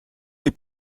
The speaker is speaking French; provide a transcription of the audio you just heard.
les